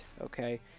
okay